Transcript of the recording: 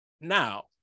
now